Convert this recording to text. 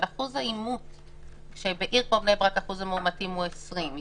אבל אחוז האימות בבני ברק הוא 20%